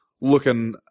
looking